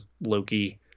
Loki